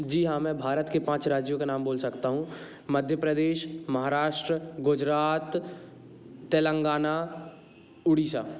जी हाँ मैं भारत के पाँच राज्यों के नाम बोल सकता हूँ मध्य प्रदेश महाराष्ट्र गुजरात तेलंगाना उड़ीसा